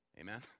amen